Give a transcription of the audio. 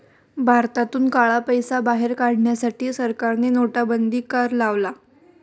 भारतातून काळा पैसा बाहेर काढण्यासाठी सरकारने नोटाबंदी कर लावला